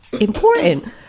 important